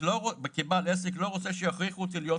אני כבעל עסק לא רוצה שיכריחו אותי להיות